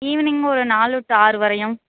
evening ஒரு நாலு to ஆறு வரையும்